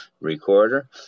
recorder